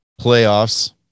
Playoffs